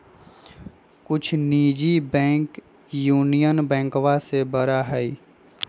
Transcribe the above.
कुछ निजी bank union बैंकवा से बड़ा हई